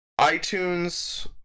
iTunes